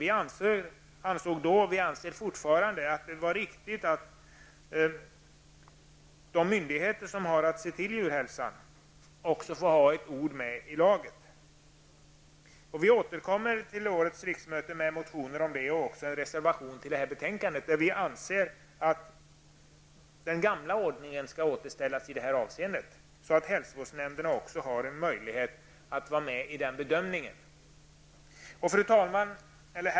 Vi ansåg då, och vi anser fortfarande, att det är riktigt att de myndigheter som har att se till djurhälsan också får ett ord med i laget. Vi återkommer alltså till årets riksmöte med motioner om den saken. Vi har också en reservation i detta betänkande. Vi säger att vi anser att den gamla ordningen skall återställas i detta avseende, så att hälsovårdsnämnderna har en möjlighet att vara med vid bedömningen. Herr talman!